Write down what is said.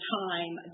time